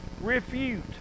refute